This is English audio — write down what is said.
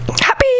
happy